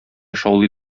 шаулый